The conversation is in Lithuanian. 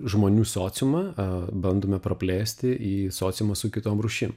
žmonių sociumą a bandome praplėsti į sociumą su kitom rūšim